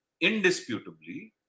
indisputably